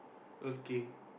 okay